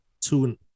two